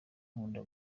nkunda